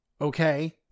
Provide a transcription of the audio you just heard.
okay